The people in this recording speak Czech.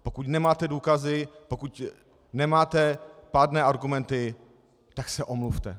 Pokud nemáte důkazy, pokud nemáte pádné argumenty, tak se omluvte.